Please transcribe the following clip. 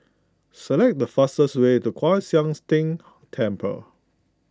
select the fastest way to Kwan Siang's Tng Temple